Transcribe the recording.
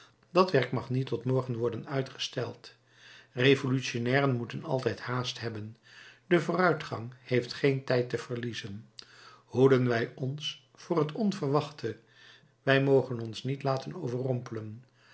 dat werk mag niet tot morgen worden uitgesteld revolutionnairen moeten altijd haast hebben de vooruitgang heeft geen tijd te verliezen hoeden wij ons voor het onverwachte wij mogen ons niet laten overrompelen